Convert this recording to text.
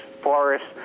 forests